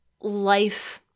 life